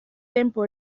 tempo